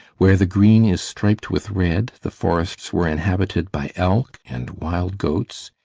where the green is striped with red the forests were inhabited by elk and wild goats.